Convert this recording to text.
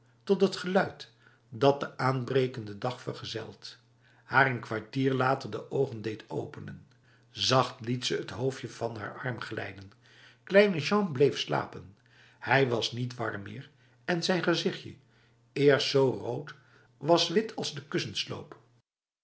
tot het geluid dat de aanbrekende dag vergezelt haar n kwartiertje later de ogen deed openen zacht liet ze het hoofdje van haar arm glijden kleine jean bleef slapen hij was niet warm meer en zijn gezichtje eerst zo rood was wit als de kussensloop